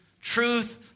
truth